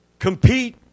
Compete